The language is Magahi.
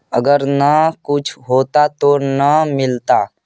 अगर न कुछ होता तो न मिलता?